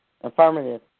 Affirmative